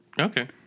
Okay